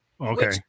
okay